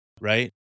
right